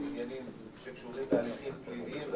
על עניינים שקשורים להליכים פליליים,